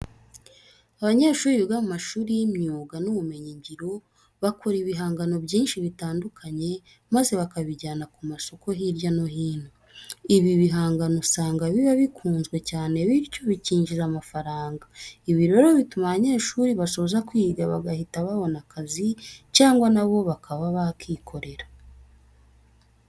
Abanyeshuri biga mu mashuri y'imyuga n'ubumenyungiro bakora ibihangano byinshi bitandukanye maze bakabijyana ku masoko hirya no hino. Ibi bihangano usanga biba bikunzwe cyane bityo bikinjiza amafaranga. Ibi rero bituma aba banyeshuri basoza kwiga bagahita babona akazi cyangwa na bo bakaba bakikorera.